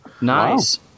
Nice